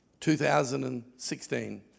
2016